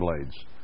blades